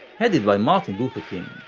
headed by martin luther king.